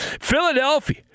Philadelphia